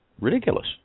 ridiculous